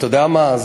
אתה יודע מה?